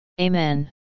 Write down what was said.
Amen